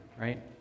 right